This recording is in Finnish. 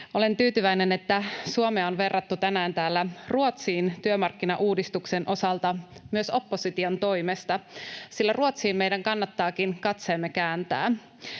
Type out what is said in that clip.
Olen tyytyväinen, että Suomea on verrattu tänään täällä Ruotsiin työmarkkinauudistuksen osalta, myös opposition toimesta, sillä Ruotsiin meidän kannattaakin katseemme kääntää.